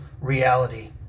reality